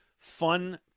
Fun